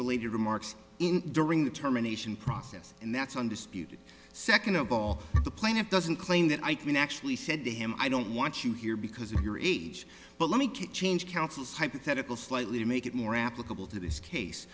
related remarks in during the terminations process and that's undisputed second the plaintiff doesn't claim that i can actually said to him i don't want you here because of your age but let me could change counsel's hypothetical slightly to make it more applicable to this case